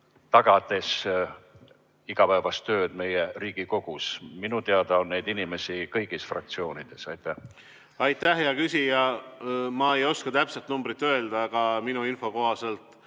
tagada igapäevase töö meie Riigikogus. Minu teada on neid inimesi kõigis fraktsioonides. Aitäh, hea küsija! Ma ei oska täpset numbrit öelda, aga minu info kohaselt